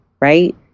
Right